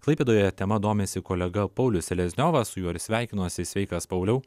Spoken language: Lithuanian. klaipėdoje tema domisi kolega paulius selezniovas su juo ir sveikinuosi sveikas pauliau